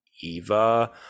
eva